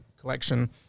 collection